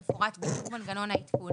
מפורט במנגנון העדכון